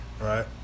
Right